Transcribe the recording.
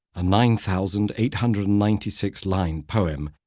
a nine thousand eight hundred and ninety six line poem,